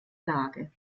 lage